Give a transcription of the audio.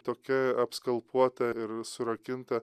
tokia apskalpuota ir surakinta